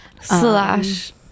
slash